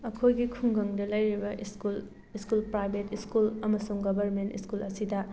ꯑꯩꯈꯣꯏꯒꯤ ꯈꯨꯡꯒꯪꯗ ꯂꯩꯔꯤꯕ ꯁ꯭ꯀꯨꯜ ꯁ꯭ꯀꯨꯜ ꯄ꯭ꯔꯥꯏꯕꯦꯠ ꯁ꯭ꯀꯨꯜ ꯑꯃꯁꯨꯡ ꯒꯕꯔꯃꯦꯟ ꯁ꯭ꯀꯨꯜ ꯑꯁꯤꯗ